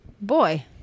boy